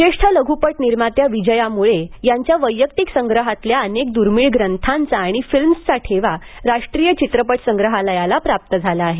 ज्येष्ठ लघ्पटनिर्मात्या विजया मुळे यांच्या वैयक्तिक संग्रहालयातल्या अनेक दुर्मीळ ग्रंथांचा आणि फिल्म्सचा ठेवा राष्ट्रीय चित्रपट संग्रहालयाला प्राप्त झाला आहे